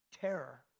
terror